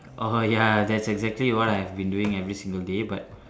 orh ya that's exactly what I've been doing every single day but